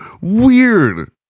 weird